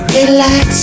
Relax